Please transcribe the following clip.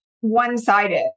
one-sided